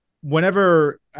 whenever